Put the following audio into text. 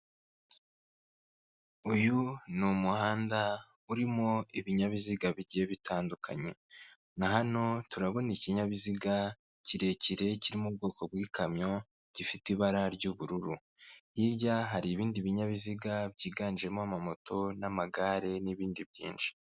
Uyu ni umuhanda urimo ibinyabiziga bigiye bitandukanye na hano turabona ikinyabiziga kirekire kiri mu bwoko bw'ikamyo, gifite ibara ry'ubururu. Hirya hari ibindi binyabiziga byiganjemo amamoto n'amagare n'ibindi byinshi.